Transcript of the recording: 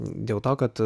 dėl to kad